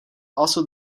also